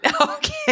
okay